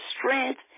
strength